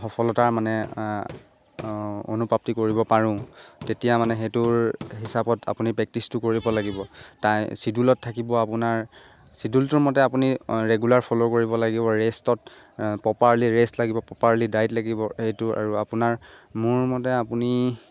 সফলতাৰ মানে অনুপ্ৰাপ্তি কৰিব পাৰোঁ তেতিয়া মানে সেইটোৰ হিচাপত আপুনি প্ৰেক্টিচটো কৰিব লাগিব তাই চিডুলত থাকিব আপোনাৰ চিডুলটোৰ মতে আপুনি ৰেগুলাৰ ফ'ল' কৰিব লাগিব ৰেষ্টত প্ৰপাৰলি ৰেষ্ট লাগিব প্ৰপাৰলি ডায়ট লাগিব সেইটো আৰু আপোনাৰ মোৰ মতে আপুনি